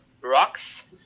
Rocks